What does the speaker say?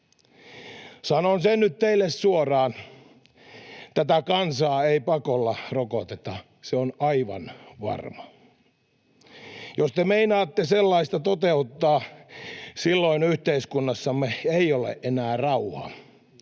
Sanon sen nyt teille suoraan: tätä kansaa ei pakolla rokoteta. Se on aivan varma. Jos te meinaatte sellaista toteuttaa, silloin yhteiskunnassamme ei ole enää rauha,